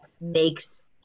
makes